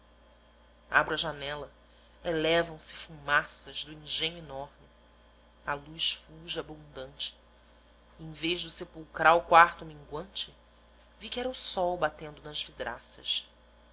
abro a janela elevam se fumaças do engenho enorme a luz fulge abundante e em vez do sepulcral quarto minguante vi que era o sol batendo nas vidraças